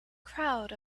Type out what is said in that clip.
crowd